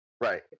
Right